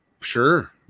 sure